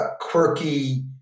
quirky